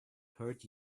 hurt